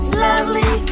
lovely